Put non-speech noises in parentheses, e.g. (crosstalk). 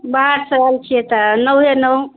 बाहर से आएल छियै तऽ (unintelligible)